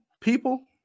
people